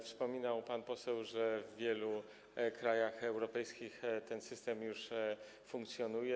Wspominał pan poseł, że w wielu krajach europejskich ten system już funkcjonuje.